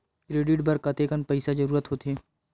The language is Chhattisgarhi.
क्रेडिट बर कतेकन पईसा के जरूरत होथे?